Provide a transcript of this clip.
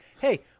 hey